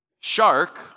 Shark